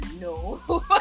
no